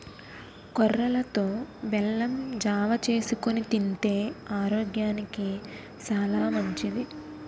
కొర్రలతో బెల్లం జావ చేసుకొని తింతే ఆరోగ్యానికి సాలా మంచిది